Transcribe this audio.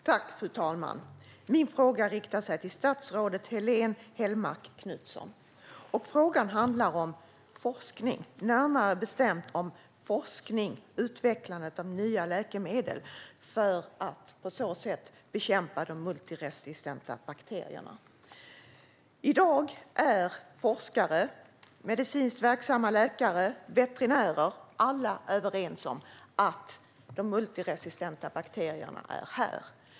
Fru talman! Min fråga riktar sig till statsrådet Helene Hellmark Knutsson. Frågan handlar om forskning, närmare bestämt om utvecklandet av nya läkemedel för att bekämpa de multiresistenta bakterierna. I dag är forskare, medicinskt verksamma läkare och veterinärer överens om att de multiresistenta bakterierna är här.